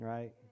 Right